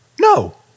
No